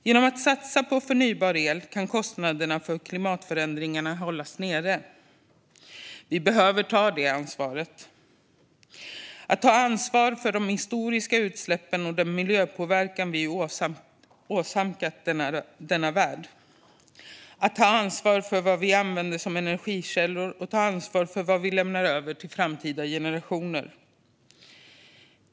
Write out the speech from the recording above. Genom att vi satsar på förnybar el kan kostnaderna för klimatförändringarna hållas nere. Vi behöver ta det ansvaret. Vi behöver ta ansvar för de historiska utsläppen och den miljöpåverkan vi åsamkat denna värld. Vi behöver ta ansvar för vad vi använder som energikällor och vad vi lämnar över till framtida generationer.